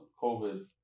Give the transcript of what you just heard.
COVID